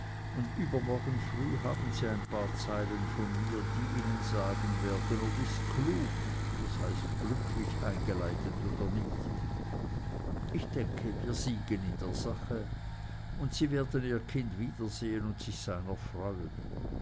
und übermorgen früh haben sie ein paar zeilen von mir die ihnen sagen werden ob ich's klug das heißt glücklich eingeleitet oder nicht ich denke wir siegen in der sache und sie werden ihr kind wiedersehen und sich seiner freuen